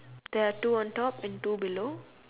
there are two on top and two below